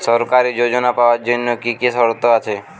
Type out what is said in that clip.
সরকারী যোজনা পাওয়ার জন্য কি কি শর্ত আছে?